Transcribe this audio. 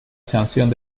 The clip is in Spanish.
sanción